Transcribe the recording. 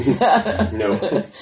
No